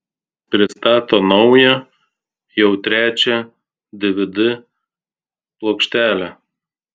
pristato naują jau trečią dvd plokštelę